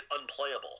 unplayable